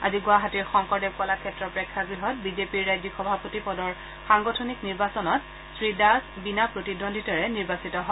আজি ণ্ডৱাহাটীৰ শংকৰদেৱ কলাক্ষেত্ৰৰ প্ৰেক্ষাগৃহত বিজেপিৰ ৰাজ্যিক সভাপতি পদৰ সাংগঠনিক নিৰ্বাচনত শ্ৰীদাস বিনা প্ৰতিদ্বন্দ্বিতাৰে নিৰ্বাচিত হয়